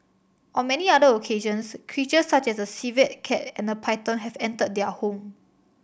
on many other occasions creatures such as a civet cat and a python have entered their home